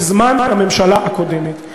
בזמן הממשלה הקודמת.